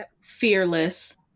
fearless